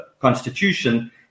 constitution